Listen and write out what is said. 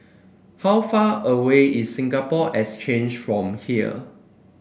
how far away is Singapore Exchange from here